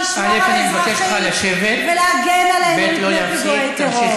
אף אחד לא מינה אותך לשמור על האזרחים ולהגן עליהם מפני פיגועי טרור.